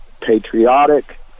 patriotic